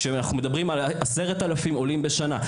כשאנחנו מדברים על 10,000 עולים בשנה.